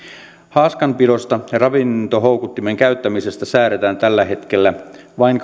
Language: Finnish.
haaskanpidosta ja ravintohoukuttimen käyttämisestä säädetään tällä hetkellä vain